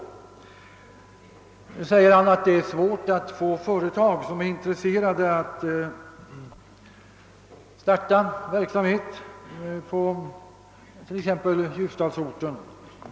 Statsrådet sade att det för närvarande är svårt att få företag intresserade av att starta verksamhet i t.ex. ljusdalsorten.